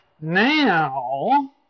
Now